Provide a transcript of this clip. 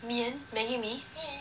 面 Maggi mee